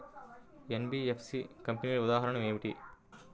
NBFC కంపెనీల ఉదాహరణ ఏమిటి?